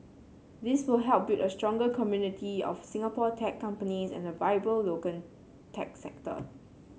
this will help build a stronger community of Singapore tech companies and a vibrant local tech sector